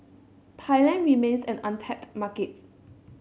Thailand remains an untapped market